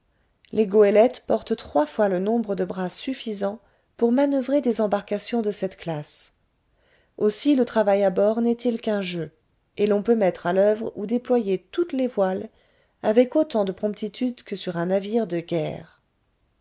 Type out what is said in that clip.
les goélettes portent trois fois le nombre de bras suffisants pour manoeuvrer des embarcations de cette classe aussi le travail à bord n'est-il qu'un jeu et l'on peut mettre à l'oeuvre ou déployer toutes les voiles avec autant de promptitude que sur un navire de guerre